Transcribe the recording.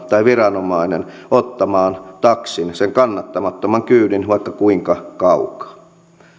tai viranomainen pakottaa taksin ottamaan sen kannattamattoman kyydin vaikka kuinka kaukaa